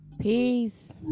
Peace